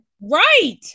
Right